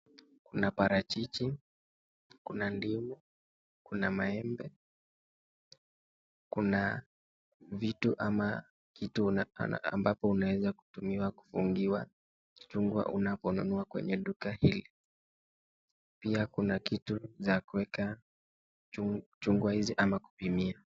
Kuna parachichi, ndimu, maembe na vitu ambapo unaweza kutumia kufungiwa chungwa unaponunua kwenye duka hili. Pia kuna vitu za kupimia .